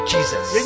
Jesus